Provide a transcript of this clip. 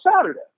Saturday